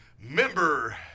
member